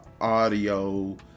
audio